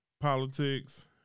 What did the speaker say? politics